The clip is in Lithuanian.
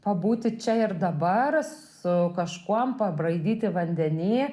pabūti čia ir dabar su kažkuom pabraidyti vandenyj